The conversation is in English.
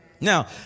Now